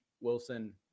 Wilson